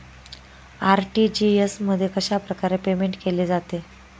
RTGS मध्ये कशाप्रकारे payment केले जाते?